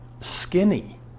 skinny